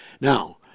now